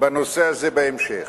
בנושא הזה בהמשך.